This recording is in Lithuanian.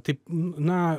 taip na